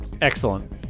excellent